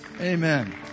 Amen